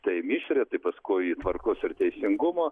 tai mišrią tai pasukui į tvarkos ir teisingumo